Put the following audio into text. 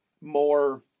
more